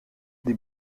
des